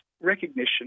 recognition